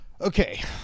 Okay